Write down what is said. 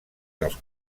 dels